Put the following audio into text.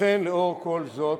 לכן, לאור כל זאת,